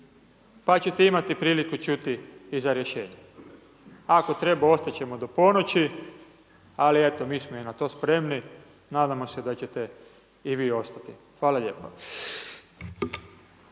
pa ćete imati prilike čuti i za rješenja. Ako treba ostati ćemo do ponoći ali eto mi smo i na to spremni, nadamo se da ćete i vi ostati. Hvala lijepo.